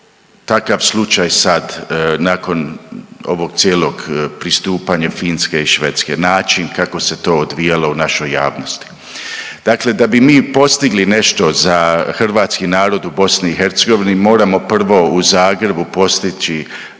takav slučaj sad nakon ovog cijelog pristupanja Finske i Švedske, način kako se to odvijalo u našoj javnosti. Dakle, da bi mi postigli nešto za hrvatski narod u BiH moramo prvo u Zagrebu postići